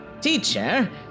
Teacher